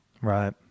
Right